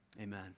Amen